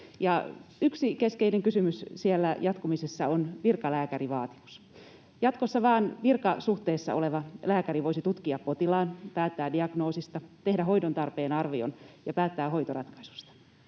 yksi keskeinen kysymys siellä jatkumisessa on virkalääkärivaatimus. Jatkossa vain virkasuhteessa oleva lääkäri voisi tutkia potilaan, päättää diagnoosista, tehdä hoidontarpeen arvion ja päättää hoitoratkaisuista.